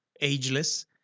ageless